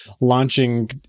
launching